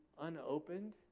unopened